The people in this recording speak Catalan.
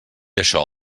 això